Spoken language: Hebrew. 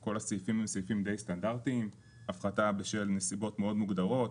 כל הסעיפים הם סעיפים די סטנדרטים הפחתה בשל נסיבות מאוד מוגדרות,